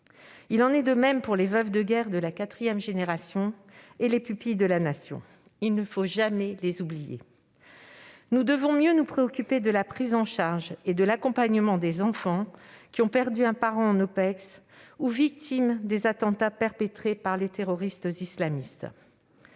Il en est de même pour les veuves de guerre de la quatrième génération du feu et pour les pupilles de la Nation : il ne faut jamais les oublier. Nous devons nous préoccuper davantage de la prise en charge et de l'accompagnement des enfants qui ont perdu un parent en OPEX ou lors des attentats perpétrés par les terroristes islamistes.